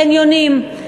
חניונים,